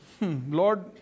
Lord